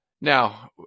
Now